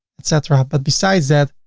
etc, but besides that,